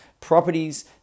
properties